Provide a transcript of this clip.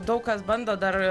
daug kas bando dar